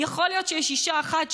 יכול להיות שיש אישה אחת,